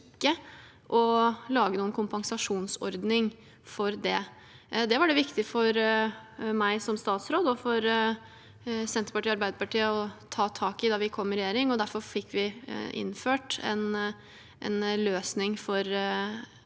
å lage noen kompensasjonsordning for det. Det var det viktig for meg som statsråd og for Senterpartiet og Arbeiderpartiet å ta tak i da vi kom i regjering. Derfor fikk vi innført en løsning for et